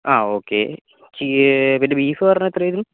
ആ ഓക്കേ ചി പിന്നെ ബീഫ് പറഞ്ഞത് എത്രയായിരുന്നു